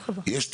יש תהליך,